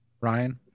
Ryan